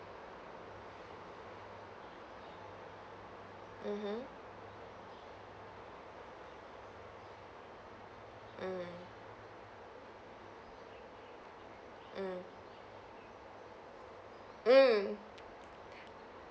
mmhmm mm mm mm